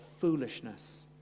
foolishness